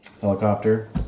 Helicopter